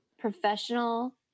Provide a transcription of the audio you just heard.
Professional